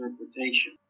Interpretation